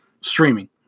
streaming